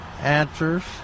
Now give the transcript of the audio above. Answers